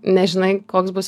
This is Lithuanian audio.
nežinai koks bus